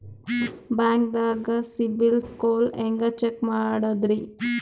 ಬ್ಯಾಂಕ್ದಾಗ CIBIL score ಹೆಂಗ್ check ಮಾಡದ್ರಿ?